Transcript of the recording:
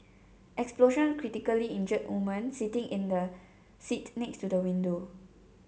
explosion critically injured woman sitting in the seat next to the window